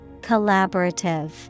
Collaborative